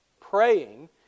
praying